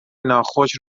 ناخوش